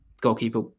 goalkeeper